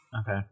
Okay